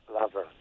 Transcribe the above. lover